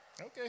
okay